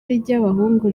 ry’abahungu